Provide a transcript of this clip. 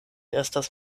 estas